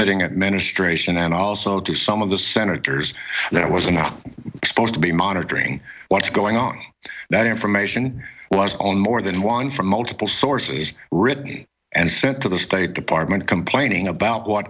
getting administration and also to some of the senators and i was not supposed to be monitoring what's going on that information was on more than one from multiple sources written and sent to the state department complaining about what